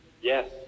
yes